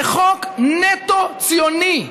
זה חוק נטו ציוני.